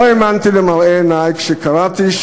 לא האמנתי למראה עיני כשקראתי,